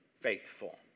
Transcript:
faithful